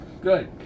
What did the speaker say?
good